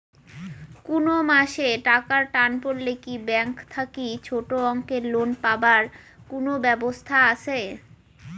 কুনো মাসে টাকার টান পড়লে কি ব্যাংক থাকি ছোটো অঙ্কের লোন পাবার কুনো ব্যাবস্থা আছে?